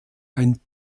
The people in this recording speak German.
ein